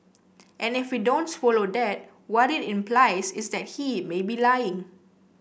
and if we don't swallow that what it implies is that he may be lying